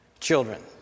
children